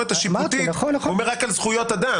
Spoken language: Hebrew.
המשפט הצעת חוק-יסוד: השפיטה (תיקון מס' 3) (חיזוק הפרדת הרשויות),